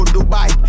Dubai